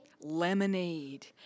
Lemonade